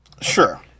Sure